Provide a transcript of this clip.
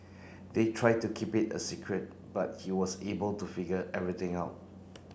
they tried to keep it a secret but he was able to figure everything out